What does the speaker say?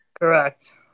Correct